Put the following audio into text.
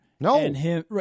No